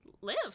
live